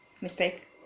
Mistake